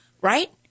Right